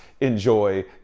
enjoy